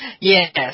Yes